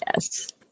Yes